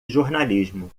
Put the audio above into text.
jornalismo